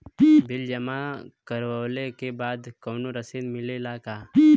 Bill जमा करवले के बाद कौनो रसिद मिले ला का?